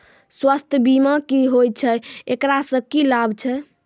स्वास्थ्य बीमा की होय छै, एकरा से की लाभ छै?